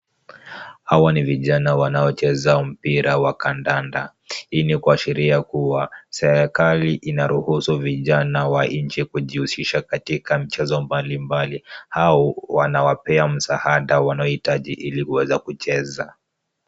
Hawa ni vijana wanaocheza mpira wa kandanda, hii ni kuashiria kuwa serikali inaruhusu vijana wa nchi kujihusisha katika michezo mbalimbali au wanawapea msaada wanaohitaji ili kuweza kucheza.